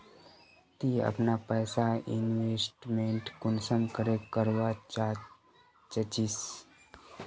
ती अपना पैसा इन्वेस्टमेंट कुंसम करे करवा चाँ चची?